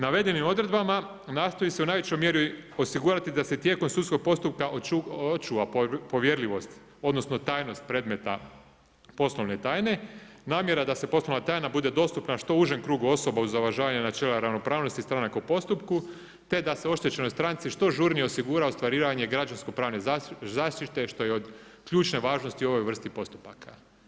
Navedenim odredbama nastoji se u najvećoj mjeri osigurati da se tijekom sudskog postupka očuva povjerljivost odnosno tajnost predmeta poslovne tajne, namjera da poslovna tajna bude dostupna što užem krugu osoba uz uvažavanje načela ravnopravnosti stranaka u postupku te da se oštećenoj stranci što žurnije osigura ostvarivanje građansko pravne zaštite što je od ključne važnosti u ovoj vrsti postupaka.